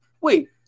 Wait